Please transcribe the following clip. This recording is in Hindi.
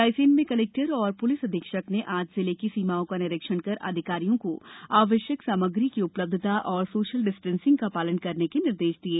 रायसेन में कलेक्टर और पुलिस अधीक्षक ने आज जिले की सीमाओं का निरीक्षण कर अधिकारियों को आवश्यक सामग्री की उपलब्धता और सोशल डिस्टेंसिंग का पालन कराने के निर्देश दिये